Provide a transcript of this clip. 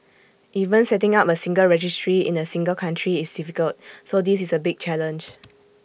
even setting up A single registry in A single country is difficult so this is A big challenge